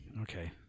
Okay